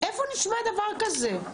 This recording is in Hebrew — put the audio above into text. איפה נשמע דבר כזה?